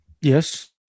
Yes